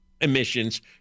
emissions